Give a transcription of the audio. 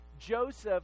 Joseph